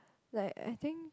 like I think